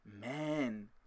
man